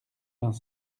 vingt